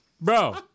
Bro